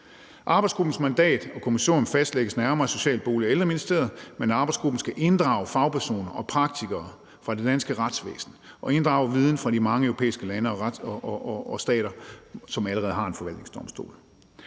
Arbejdsgruppens mandat og kommissorium fastlægges nærmere af Social-, Bolig- og Ældreministeriet, men arbejdsgruppen skal inddrage fagpersoner og praktikere fra det danske retsvæsen og inddrage viden fra de mange europæiske lande og stater, som allerede har en forvaltningsdomstol.